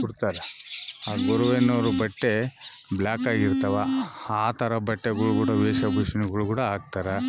ಕೊಡ್ತಾರೆ ಆ ಗೊರುವಯ್ನವ್ರು ಬಟ್ಟೆ ಬ್ಲಾಕ್ ಆಗಿರ್ತವೆ ಆ ಥರ ಬಟ್ಟೆಗಳ್ ಕೂಡ ವೇಷ ಭೂಷಣಗಳ್ ಕೂಡ ಹಾಕ್ತಾರ